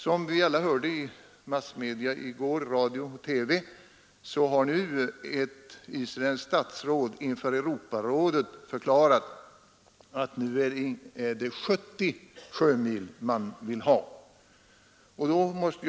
Som vi alla hörde i radio och TV i går har ett isländskt statsråd inför Europarådet förklarat att det nu är 70 sjömil man vill utvidga fiskegränsen till.